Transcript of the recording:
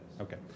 Okay